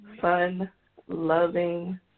fun-loving